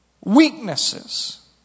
weaknesses